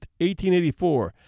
1884